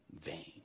vain